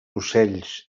ocells